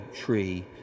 tree